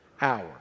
hour